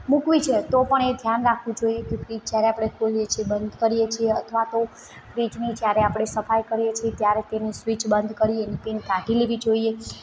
મૂકવી છે તો પણ એ ધ્યાન રાખવું જોઇએ કે ફ્રિજ જ્યારે આપણે ખોલીએ છીએ બંધ કરીએ છીએ અથવા તો ફ્રિજની જ્યારે આપણે સફાઈ કરીએ છીએ ત્યારે તેની સ્વીચ બંધ કરી એની પીન કાઢી લેવી જોઇએ